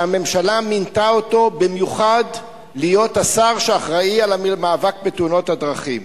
שהממשלה מינתה אותו במיוחד להיות השר שאחראי על המאבק בתאונות הדרכים: